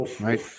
Right